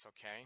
okay